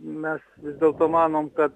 mes vis dėlto manom kad